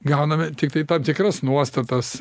gauname tik tai tam tikras nuostatas